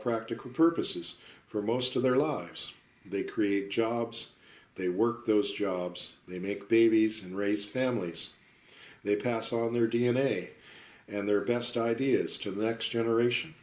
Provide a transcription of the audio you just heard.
practical purposes for most of their lives they create jobs they work those jobs they make babies and raise families they pass on their d n a and their best ideas to the next generation